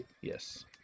Yes